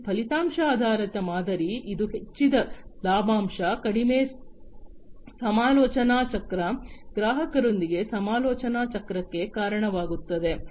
ಈ ಫಲಿತಾಂಶ ಆಧಾರಿತ ಮಾದರಿ ಇದು ಹೆಚ್ಚಿದ ಲಾಭಾಂಶ ಕಡಿಮೆ ಸಮಾಲೋಚನಾ ಚಕ್ರ ಗ್ರಾಹಕರೊಂದಿಗೆ ಸಮಾಲೋಚನಾ ಚಕ್ರಕ್ಕೆ ಕಾರಣವಾಗುತ್ತದೆ